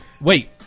wait